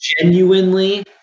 Genuinely